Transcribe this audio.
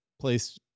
place